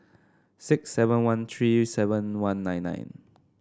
six seven one three seven one nine nine